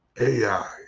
AI